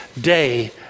day